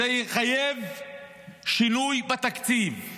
זה יחייב שינוי בתקציב.